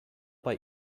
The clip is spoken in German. bei